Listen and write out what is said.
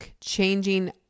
changing